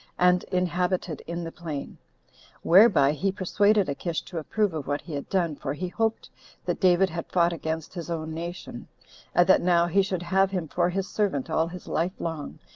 and inhabited in the plain whereby he persuaded achish to approve of what he had done, for he hoped that david had fought against his own nation, and that now he should have him for his servant all his life long,